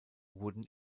wurden